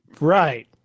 right